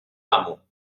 amo